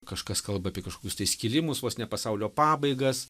kažkas kalba apie kažkokius tai skilimus vos ne pasaulio pabaigas